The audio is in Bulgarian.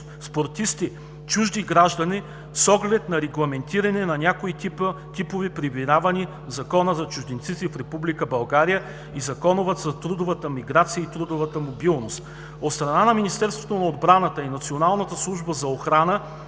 спортисти чужди граждани, с оглед на регламентиране на няколко типа пребиваване в Закона за чужденците в Република България и Закона за трудовата миграция и трудовата мобилност. От страна на Министерството на отбраната и Националната служба за охрана